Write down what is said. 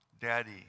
Daddy